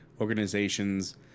organizations